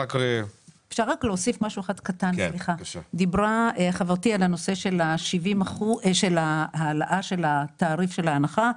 חברתי דיברה על הנושא של העלאה של התעריף של ההנחה.